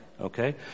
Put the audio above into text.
Okay